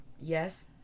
Yes